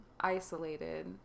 isolated